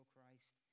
Christ